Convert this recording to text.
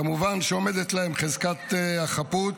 כמובן שעומדת להם חזקת החפות,